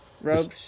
robes